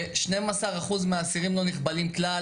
ו-12% מהאסירים לא נכבלים כלל.